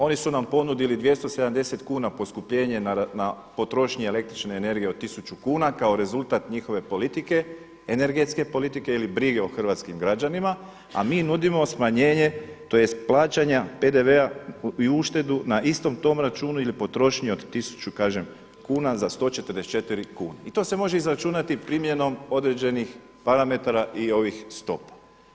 Oni su nam ponudili 270 kuna poskupljenje na potrošnji električne energije od tisuću kuna kao rezultat njihove politike, energetske politike ili brige o hrvatskim građanima, a mi nudimo smanjenje tj. plaćanja PDV-a i uštedu na istom tom računu ili potrošnji od tisuću kažem kuna za 144 kune i to se može izračunati primjenom određenih parametara i ovih stopa.